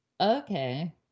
okay